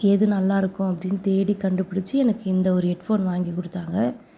எது நல்லாயிருக்கும் அப்படின்னு தேடி கண்டுபிடிச்சு எனக்கு இந்த ஒரு ஹெட் ஃபோன் வாங்கிக்கொடுத்தாங்க